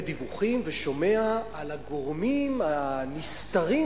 דיווחים ושומע על הגורמים הנסתרים,